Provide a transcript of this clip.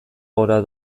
gora